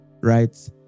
right